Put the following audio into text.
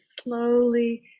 slowly